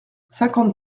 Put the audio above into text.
cinquante